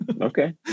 Okay